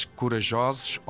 corajosos